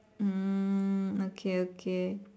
hmm okay okay